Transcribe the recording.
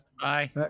Bye